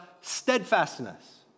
steadfastness